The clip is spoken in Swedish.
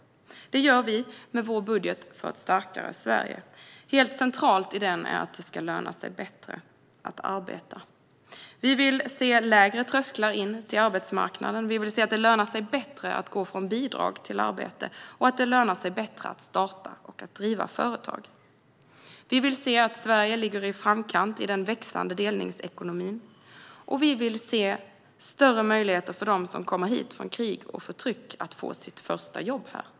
Detta gör vi med vår budget för ett starkare Sverige. Helt centralt i denna budget är att det ska löna sig bättre att arbeta. Vi vill se lägre trösklar in till arbetsmarknaden. Vi vill se att det lönar sig bättre att gå från bidrag till arbete och att det lönar sig bättre att starta och att driva företag. Vi vill se att Sverige ligger i framkant i den växande delningsekonomin. Vi vill också se större möjligheter för dem som kommer hit från krig och förtryck att få sitt första jobb här.